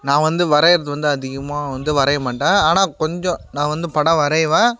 நான் வந்து வரைகிறது வந்து அதிகமாக வந்து வரைய மாட்டேன் ஆனால் கொஞ்சம் நான் வந்து படம் வரைவேன்